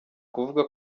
kuvuga